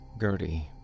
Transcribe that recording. Gertie